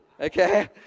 okay